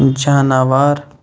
جاناوار